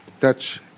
touch